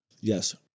Yes